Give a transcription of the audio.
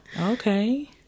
Okay